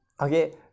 okay